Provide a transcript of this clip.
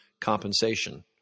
compensation